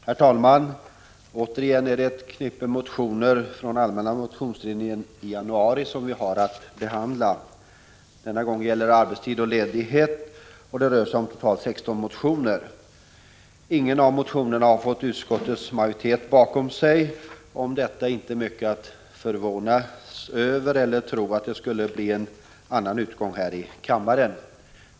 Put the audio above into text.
Herr talman! Återigen är det ett knippe motioner från allmänna motionstiden i januari som vi har att behandla. Denna gång gäller det arbetstid och ledighet, och det rör sig om totalt 16 motioner. Ingen av motionerna har fått stöd av utskottets majoritet. Detta är inte mycket att förvånas över, och man kan inte heller tro att motionerna skall vinna kammarens stöd.